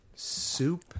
Soup